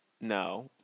No